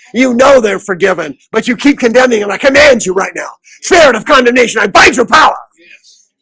you know, they're forgiven but you keep condemning and i command you right now sharon of condemnation. i bite your power. yeah